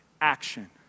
action